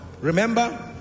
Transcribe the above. remember